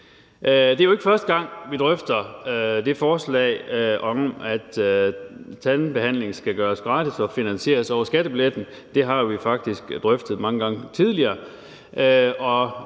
Det er jo ikke første gang, vi drøfter et forslag om, at tandbehandling skal gøres gratis og finansieres over skattebilletten. Det har vi faktisk drøftet mange gange tidligere.